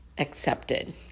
accepted